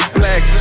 black